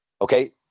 Okay